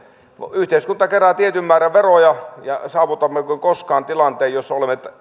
yhteiskunta kerää tietyn määrän veroja ja saavutammeko koskaan tilanteen jossa olemme